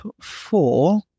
four